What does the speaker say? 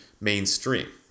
mainstream